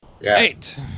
eight